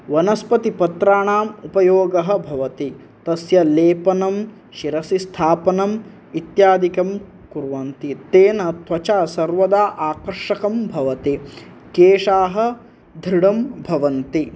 वनस्पतिपत्राणाम् उपयोगः भवति तस्य लेपनं शिरसि स्थापनम् इत्यादिकं कुर्वन्ति तेन त्वचः सर्वदा आकर्षकं भवति केशाः धृढं भवन्ति